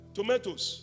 Tomatoes